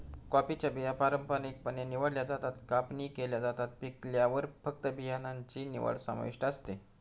कॉफीच्या बिया पारंपारिकपणे निवडल्या जातात, कापणी केल्या जातात, पिकल्यावर फक्त बियाणांची निवड समाविष्ट असते